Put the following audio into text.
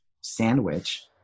sandwich